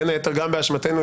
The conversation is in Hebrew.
בין היתר גם באשמתנו,